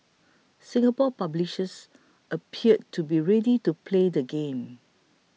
Singapore publishers appear to be ready to play the game